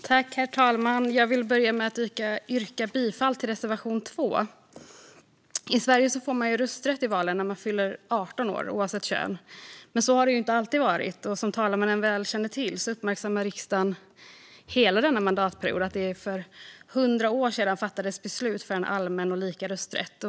Herr talman! Jag vill börja med att yrka bifall till reservation 2. I Sverige får man rösträtt i valen när man fyller 18 år oavsett kön. Men så har det inte alltid varit. Som talmannen väl känner till uppmärksammar riksdagen hela denna mandatperiod att det för 100 år sedan fattades beslut för en allmän och lika rösträtt.